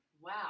Wow